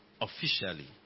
officially